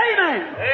amen